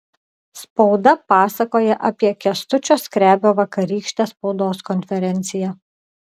spauda pasakoja apie kęstučio skrebio vakarykštę spaudos konferenciją